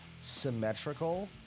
symmetrical